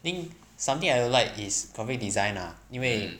I think something I don't like is probably design lah 因为